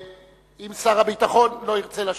אם שר הביטחון לא ירצה להשיב,